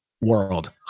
world